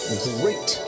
great